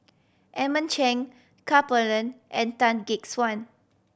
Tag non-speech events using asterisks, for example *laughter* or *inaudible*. Edmund Cheng Ka *unintelligible* and Tan Gek Suan